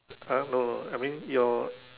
!huh! no no I mean your